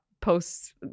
posts